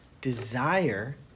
desire